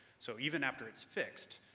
so even after it's fixed,